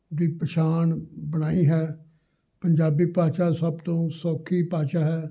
ਵੀ ਪਛਾਣ ਬਣਾਈ ਹੈ ਪੰਜਾਬੀ ਭਾਸ਼ਾ ਸਭ ਤੋਂ ਸੌਖੀ ਭਾਸ਼ਾ ਹੈ